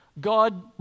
God